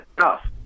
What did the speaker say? enough